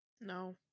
No